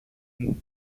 μου